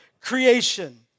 creation